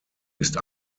ist